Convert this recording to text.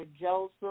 Joseph